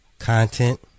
Content